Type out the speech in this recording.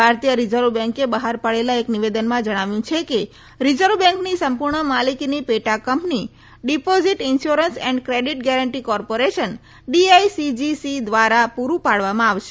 ભારતીય રીઝર્વ બેંકે બહાર પાડેલા એક નિવેદનમાં જણાવ્યું છે કે રીઝર્વ બેંકની સંપુર્ણ માલિકીની પેટા company deposit insurance and credit guarantee corporation DICGC ધ્વારા પુરૂ પાડવામાં આવશે